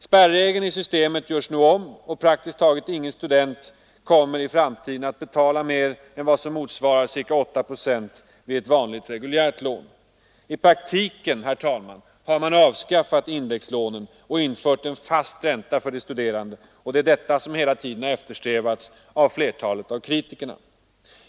Spärregeln i systemet görs nu om, och praktiskt taget ingen student kommer i framtiden att betala mera än vad som motsvarar ca 8 procent vid ett vanligt, reguljärt lån. I praktiken, herr talman, har man avskaffat indexlånen och infört en fast ränta för de studerande, och det är detta som hela tiden har eftersträvats av flertalet kritiker.